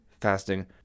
fasting